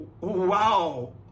Wow